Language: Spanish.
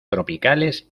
tropicales